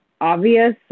obvious